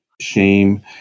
shame